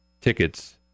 tickets